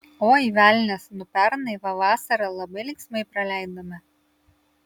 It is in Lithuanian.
oi velnias nu pernai va vasarą labai linksmai praleidome